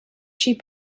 cheap